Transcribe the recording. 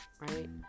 right